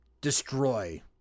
destroy